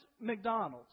McDonald's